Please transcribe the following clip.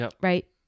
right